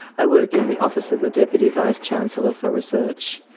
i work in the office of the deputy vice chancellor for research.